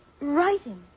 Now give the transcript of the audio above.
writing